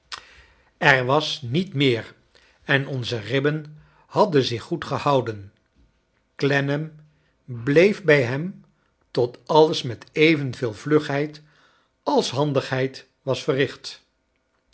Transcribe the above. er was niet meer en onze ribben hadden zich goed gehouden clennam bleef bij hem tot alles met evenveel vlugheid als handigheid was verricht